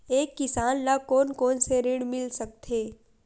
एक किसान ल कोन कोन से ऋण मिल सकथे?